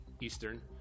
Eastern